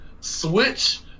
switch